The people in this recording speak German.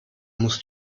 musst